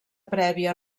prèvia